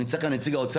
נמצא כאן נציג האוצר,